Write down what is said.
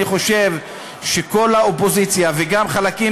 אני חושב שכל האופוזיציה וגם חלקים